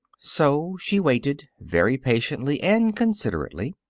so she waited very patiently and considerately.